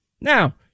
Now